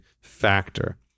factor